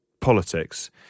politics